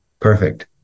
perfect